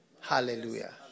Hallelujah